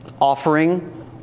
offering